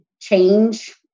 change